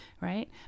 right